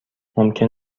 ممکن